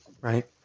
Right